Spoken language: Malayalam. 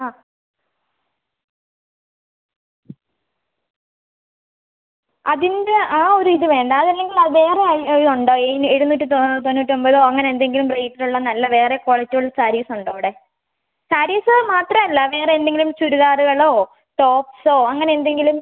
ആ അതിൻ്റെ ആ ഒരു ഇത് വേണ്ട അതല്ലെങ്കിൽ അത് വേറെ ഉണ്ടോ ഈ എഴുന്നൂറ്റി തൊന്നൂറ്റൊമ്പതോ അങ്ങനെ എന്തെങ്കിലും റേറ്റിലുള്ള നല്ല വേറെ ക്വാളിറ്റിയുള്ള സാരീസ് ഉണ്ടോ അവിടെ സാരീസ് മാത്രം അല്ല വേറെ എന്തെങ്കിലും ചുരിദാറുകളോ ടോപ്പ്സോ അങ്ങനെ എന്തെങ്കിലും